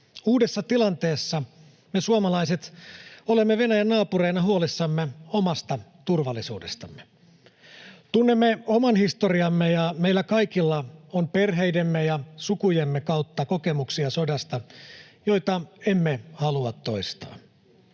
Uudessa tilanteessa me suomalaiset olemme Venäjän naapureina huolissamme omasta turvallisuudestamme. Tunnemme oman historiamme, ja meillä kaikilla on perheidemme ja sukujemme kautta sodasta kokemuksia, joita emme halua toistaa.